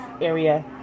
area